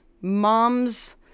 mom's